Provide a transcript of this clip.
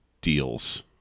deals